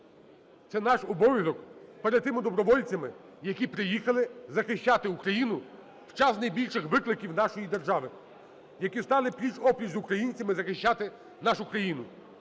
Це наш обов'язок перед тими добровольцями, які приїхали захищати Україну в час найбільших викликів нашої держави, які стали пліч-о-пліч з українцями захищати нашу країну.